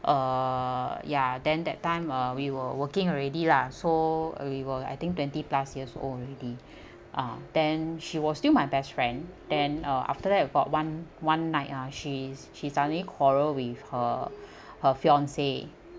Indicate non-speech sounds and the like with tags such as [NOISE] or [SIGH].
uh yeah then that time uh we were working already lah so we were I think twenty plus years old already [BREATH] uh then she was still my best friend then uh after that got one one night ah she's she suddenly quarrel with her her fiance